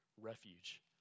refuge